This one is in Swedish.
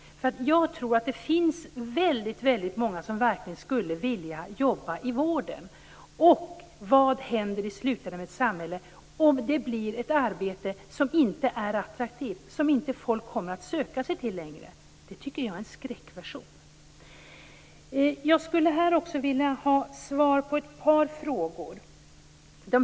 Jag tror att väldigt många verkligen skulle vilja jobba inom vården. Vad händer i slutändan i ett samhälle om sköterskejobbet blir ett arbete som inte är attraktivt och som folk inte längre söker sig till? Jag tycker att det är en skräckvision. Jag skulle vilja ha svar på ett par frågor.